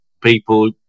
people